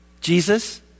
Jesus